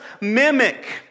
mimic